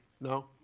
No